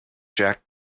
jack